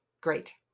Great